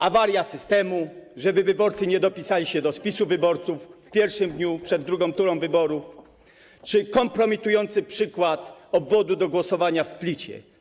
Awaria systemu, żeby wyborcy nie dopisali się do spisu wyborców, w pierwszym dniu przed drugą turą wyborów czy kompromitujący przykład obwodu do głosowania w Splicie.